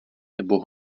nebo